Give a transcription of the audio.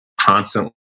constantly